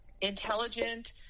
intelligent